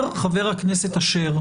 אומר חבר הכנסת אשר,